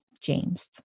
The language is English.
James